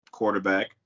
quarterback